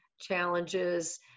challenges